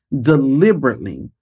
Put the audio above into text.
deliberately